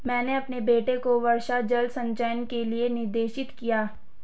मैंने अपने बेटे को वर्षा जल संचयन के लिए निर्देशित किया